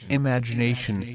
imagination